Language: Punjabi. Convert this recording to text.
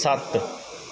ਸੱਤ